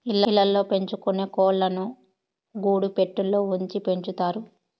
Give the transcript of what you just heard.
ఇళ్ళ ల్లో పెంచుకొనే కోళ్ళను గూడు పెట్టలో ఉంచి పెంచుతారు